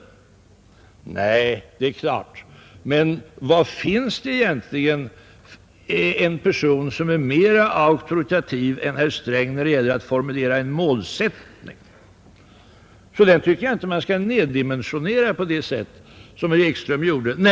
Nej, det är klart, men var finns det en person som är mera auktoritativ än herr Sträng när det gäller att här formulera målsättningen? Jag tycker därför att man inte bör nerdimensionera finansministerns tidigare uttalanden på det sätt som herr Ekström gjorde.